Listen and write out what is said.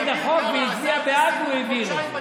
הוא מחלק לפי ח"כים ערבים ולא ערבים.